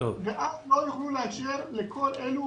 ואף לא יוכלו לאשר לכל אלה